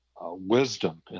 wisdom